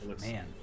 man